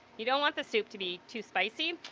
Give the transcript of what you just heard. you don't want the soup to be too spicy,